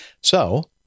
So-